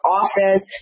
office